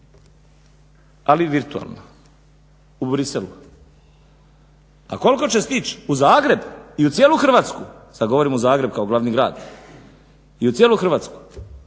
ali virtualno, u Bruxellesu. A koliko će stići u Zagreb i u cijelu Hrvatsku, sad govorimo Zagreb kao glavni grad i u cijelu Hrvatsku,